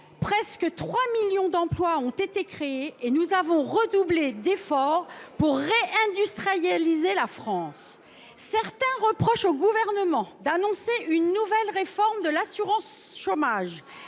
quelque 3 millions d’emplois ont été créés et nous avons redoublé d’efforts pour réindustrialiser la France. Bref, tout va bien ! Certains reprochent au Gouvernement d’annoncer une nouvelle réforme de l’assurance chômage